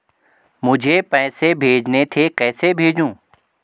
मुझे पैसे भेजने थे कैसे भेजूँ?